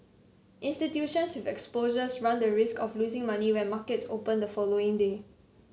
institutions with exposures run the risk of losing money when markets open the following day